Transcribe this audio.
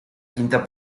quinta